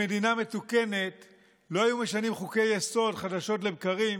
במדינה מתוקנת לא היו משנים חוקי-יסוד חדשות לבקרים